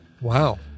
Wow